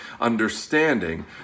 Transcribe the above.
understanding